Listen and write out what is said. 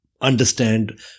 understand